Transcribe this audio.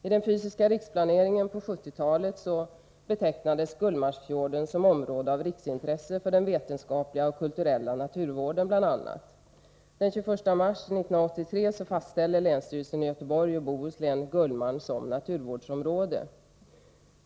I den fysiska riksplaneringen på 1970-talet betecknades Gullmarsfjorden som ett område av riksintresse för bl.a. den vetenskapliga och kulturella naturvården. Den 21 mars 1983 fastställde länsstyrelsen i Göteborgs och Bohus län Gullmarn som naturvårdsområde.